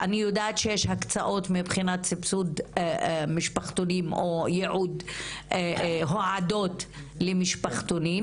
אני יודעת שיש הקצאות מבחינת סבסוד משפחתונים או הועדות למשפחתונים,